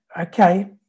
Okay